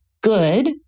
good